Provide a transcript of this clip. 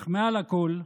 אך מעל הכול,